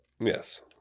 Yes